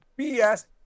BS